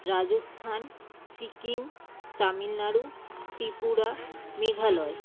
Rajasthan Sikkim Tamil Nadu Tripura Meghalaya